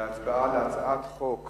להצבעה על הצעת חוק